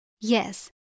Yes